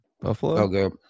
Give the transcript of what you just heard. Buffalo